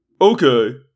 Okay